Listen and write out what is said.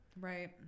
Right